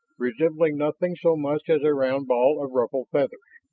resembling nothing so much as a round ball of ruffled feathers,